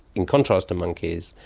in contrast to monkeys,